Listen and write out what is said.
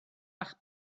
bach